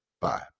Bye